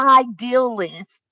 idealist